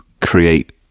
create